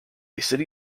city